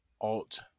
alt